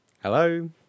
Hello